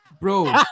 bro